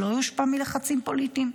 שלא יושפע מלחצים פוליטיים.